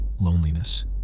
loneliness